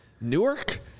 Newark